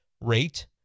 rate